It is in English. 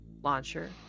launcher